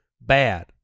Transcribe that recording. bad